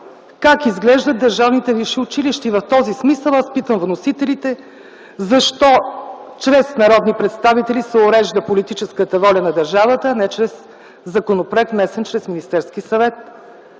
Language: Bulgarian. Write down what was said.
как изглеждат държавните висши училища. В този смисъл аз питам вносителите: защо чрез народни представители се урежда политическата воля на държавата, а не чрез законопроект, внесен от Министерския съвет?